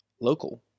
local